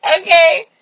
okay